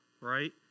right